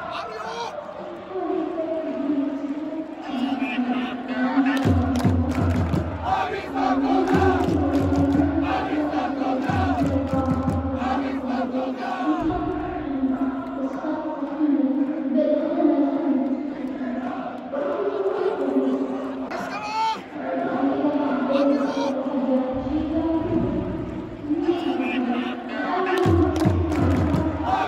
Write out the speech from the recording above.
اقول حاول تبدأ بتقليل السكر تدريجيا، يعني مش فجأة يقطعه وجرب يبدل الحلويات باشياء طبيعية مثل الفواكه والعسل الطبيعي، ويبحث عن وصفات صحية يعني بدل ما يستخدم السكر فيها، والاهم انه ما يحرم نفسه او يعني اذا حبي- اذا حب ياكل شي ياكله بس كمية معقولة ، ويحاول انه يوزعها مع اكلات صحية.